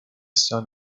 sun